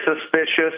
suspicious